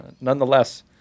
nonetheless